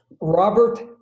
Robert